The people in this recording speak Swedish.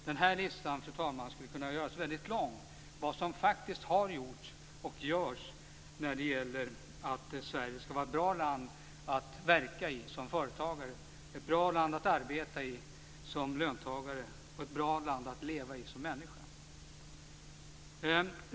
Den här listan, fru talman, skulle kunna göras väldigt lång i fråga om vad som faktiskt har gjorts och görs när det gäller att Sverige skall vara ett bra land att verka i som företagare, ett bra land att arbeta i som löntagare och ett bra land att leva i som människa.